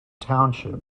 township